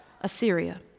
Assyria